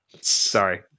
Sorry